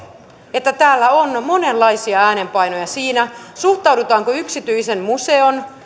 että täällä on monenlaisia äänenpainoja siinä suhtaudutaanko yksityisen museon